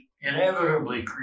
inevitably